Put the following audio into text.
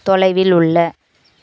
தொலைவில் உள்ள